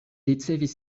ricevis